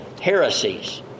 heresies